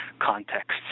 contexts